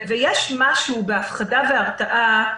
ויש משהו בהפחדה והרתעה,